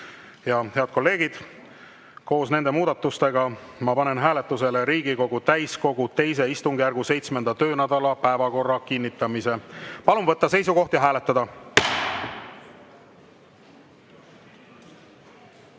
Head kolleegid, koos nende muudatustega ma panen hääletusele Riigikogu täiskogu II istungjärgu 7. töönädala päevakorra kinnitamise. Palun võtta seisukoht ja hääletada!